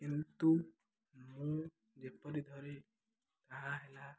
କିନ୍ତୁ ମୁଁ ଯେପରି ଧରେ ତାହା ହେଲା